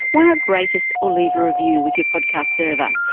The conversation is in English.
why not rate us or leave a review with your podcast server.